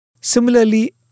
similarly